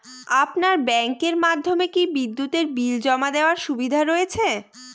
আপনার ব্যাংকের মাধ্যমে কি বিদ্যুতের বিল জমা দেওয়ার সুবিধা রয়েছে?